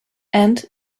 and